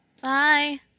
Bye